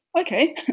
okay